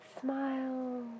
Smile